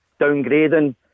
downgrading